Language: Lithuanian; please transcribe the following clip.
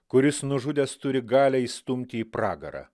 kuris nužudęs turi galią įstumti į pragarą